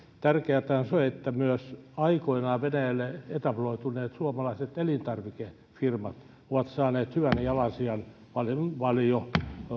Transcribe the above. tärkeätä on se että myös aikoinaan venäjälle etabloituneet suomalaiset elintarvikefirmat ovat saaneet hyvän jalansijan valio valio